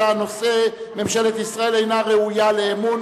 בנושא: ממשלת ישראל אינה ראויה לאמון